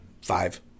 Five